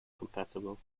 compatible